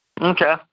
Okay